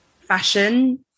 fashion